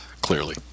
clearly